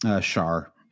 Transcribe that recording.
Shar